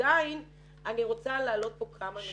עדיין רוצה להעלות כאן כמה נקודות.